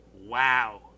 Wow